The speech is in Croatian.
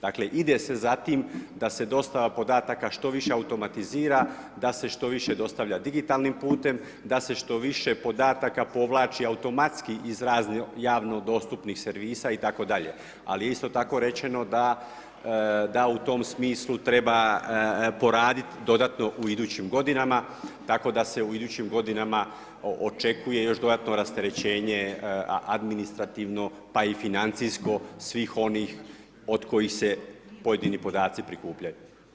Dakle, ide se za tim da se dostava podataka što više automatizira, da se što više dostavlja digitalnim putem, da se što više podataka povlači automatski iz raznih javno dostupnih servisa itd., ali je isto tako rečeno da u tom smislu treba poraditi dodatno u idućim godinama, tako da se u idućim godinama očekuje još dodatno rasterećenje administrativno, pa i financijsko svih onih od kojih se pojedini podaci prikupljaju.